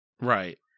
Right